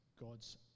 God's